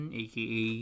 aka